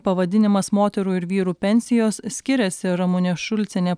pavadinimas moterų ir vyrų pensijos skiriasi ramunė šulcienė